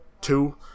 Two